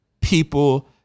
people